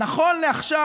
נכון לעכשיו,